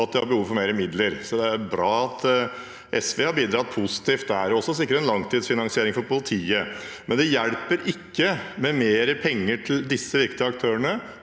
og at de har behov for mer midler. Det er bra at SV har bidratt positivt der og også sikrer en langtidsfinansiering for politiet. Likevel hjelper det ikke med mer penger til disse viktige aktørene